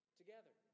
together